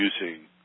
using